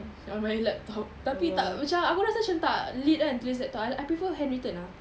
on my laptop tapi tak macam aku rasa macam tak lit kan tulis laptop I I prefer handwritten ah